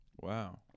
Wow